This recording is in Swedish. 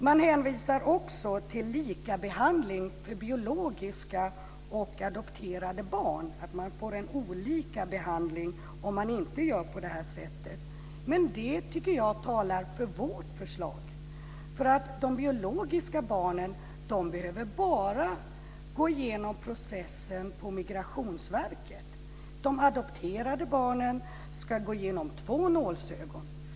Man hänvisar också till likabehandling för biologiska och adopterade barn och till att man får en olika behandling om man inte gör på det här sättet. Det tycker jag talar för vårt förslag. De biologiska barnen behöver ju bara gå igenom processen på Migrationsverket. De adopterade barnen ska gå igenom två nålsögon.